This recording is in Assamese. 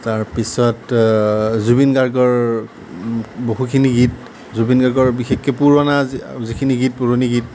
তাৰপিছত জুবিন গাৰ্গৰ বহুখিনি গীত জুবিন গাৰ্গৰ বিশেষকৈ পুৰণা যিখিনি গীত পুৰণি গীত